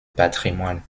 patrimoine